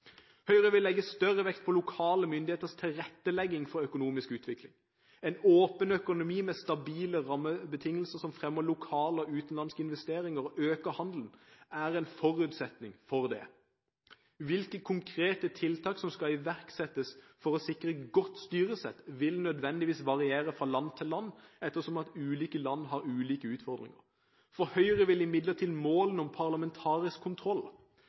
Høyre vil legge større vekt på lokale myndigheters tilrettelegging for økonomisk utvikling. En åpen økonomi med stabile rammebetingelser som fremmer lokale og utenlandske investeringer og øker handelen, er en forutsetning for det. Hvilke konkrete tiltak som skal iverksettes for å sikre godt styresett, vil nødvendigvis variere fra land til land ettersom ulike land har ulike utfordringer. For Høyre vil imidlertid målene om parlamentarisk kontroll,